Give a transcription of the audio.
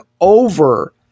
over